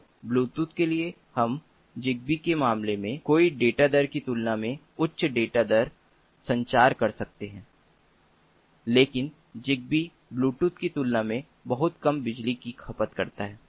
तो ब्लूटूथ के लिए हम ज़िगबी के मामले में कोई डेटा दर की तुलना में उच्च डेटा दर संचार कर सकते हैं लेकिन ज़िगबी ब्लूटूथ की तुलना में बहुत कम बिजली की खपत करता है